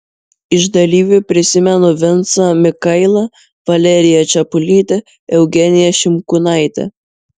iš dalyvių prisimenu vincą mikailą valeriją čepulytę eugeniją šimkūnaitę